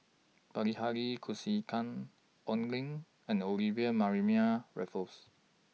Bilahari Kausikan Oi Lin and Olivia Mariamne Raffles